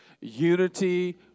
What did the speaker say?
Unity